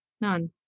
none